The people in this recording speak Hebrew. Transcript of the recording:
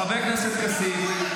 חבר הכנסת כסיף,